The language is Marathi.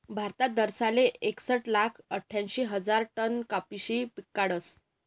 भारत दरसालले एकसट लाख आठ्यांशी हजार टन कपाशी पिकाडस